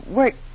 work